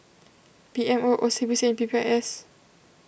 P M O O C B C and P P I S